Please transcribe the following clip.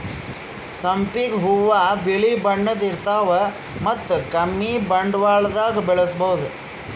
ಸಂಪಿಗ್ ಹೂವಾ ಬಿಳಿ ಬಣ್ಣದ್ ಇರ್ತವ್ ಮತ್ತ್ ಕಮ್ಮಿ ಬಂಡವಾಳ್ದಾಗ್ ಬೆಳಸಬಹುದ್